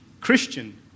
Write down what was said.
Christian